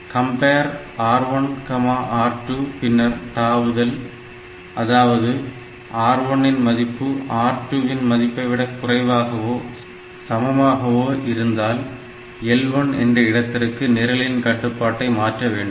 compare R1 R2 பின்னர் தாவுதல் CMP R1 R2 then JLE L1 அதாவது R1 இன் மதிப்பு R2 இன் மதிப்பைவிட குறைவாகவோ சமமாகவும் இருந்தால் L1 என்ற இடத்திற்கு நிரலின் கட்டுப்பாட்டை மாற்ற வேண்டும்